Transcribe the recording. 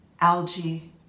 algae